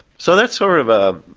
so that's sort of a,